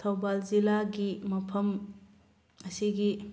ꯊꯧꯕꯥꯜ ꯖꯤꯂꯥꯒꯤ ꯃꯐꯝ ꯑꯁꯤꯒꯤ